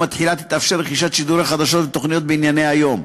התחילה תתאפשר רכישת שידורי חדשות ותוכניות בענייני היום.